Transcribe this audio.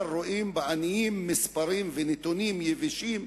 רואים בעניים מספרים ונתונים יבשים,